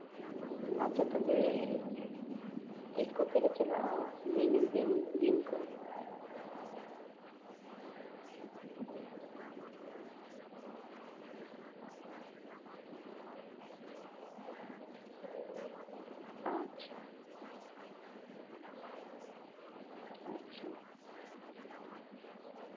ᱟᱪᱪᱷᱟ ᱛᱚᱵᱮ ᱛᱤᱥ ᱠᱚᱛᱮᱞᱮ ᱪᱟᱞᱟᱜᱼᱟ ᱞᱟᱹᱭ ᱧᱚᱜᱽ ᱵᱤᱱ ᱫᱤᱱ ᱠᱚ ᱟᱪᱪᱷᱟ ᱟᱪᱪᱷᱟ